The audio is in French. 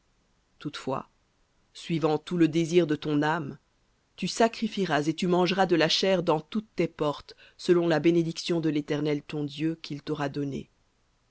toutefois suivant tout le désir de ton âme tu sacrifieras et tu mangeras de la chair dans toutes tes portes selon la bénédiction de l'éternel ton dieu qu'il t'aura donnée